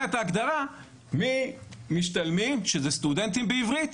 ההגדרה מ'משתלמים' שזה סטודנטים בעברית,